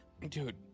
Dude